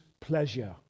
pleasure